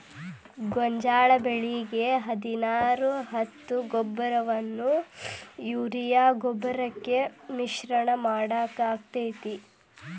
ಗೋಂಜಾಳ ಬೆಳಿಗೆ ಹದಿನಾರು ಹತ್ತು ಗೊಬ್ಬರವನ್ನು ಯೂರಿಯಾ ಗೊಬ್ಬರಕ್ಕೆ ಮಿಶ್ರಣ ಮಾಡಾಕ ಆಕ್ಕೆತಿ?